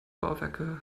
bauwerke